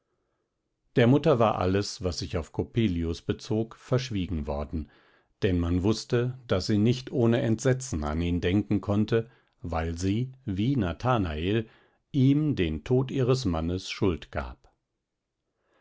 der mutter war alles was sich auf coppelius bezog verschwiegen worden denn man wußte daß sie nicht ohne entsetzen an ihn denken konnte weil sie wie nathanael ihm den tod ihres mannes schuld gab